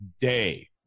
day